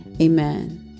Amen